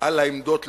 על העמדות לגופן,